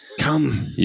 Come